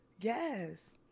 yes